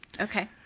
Okay